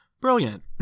Brilliant